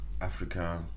Africa